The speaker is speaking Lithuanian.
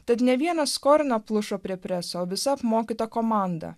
tad ne vienas skolino plušo prie preso visa apmokyta komanda